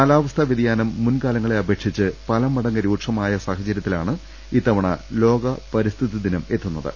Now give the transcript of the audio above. കാലാവസ്ഥാ വ്യതിയാനം മുൻകാലങ്ങളെ അപേക്ഷിച്ച് പലമടങ്ങ് രൂക്ഷമായ സാഹ ചരൃത്തിലാണ് ഇത്തവണ ലോക പരിസ്ഥിതി ദിനമെത്തു ന്നത്